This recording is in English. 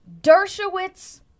Dershowitz